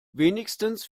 wenigstens